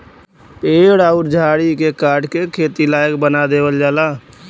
पेड़ अउर झाड़ी के काट के खेती लायक बना देवल जाला